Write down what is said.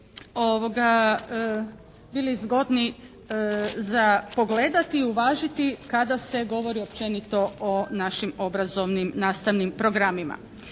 bili zgodni za pogledati i uvažiti kada se govori općenito o našim obrazovnim nastavnim programima.